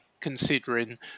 Considering